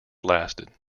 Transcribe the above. lasted